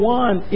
one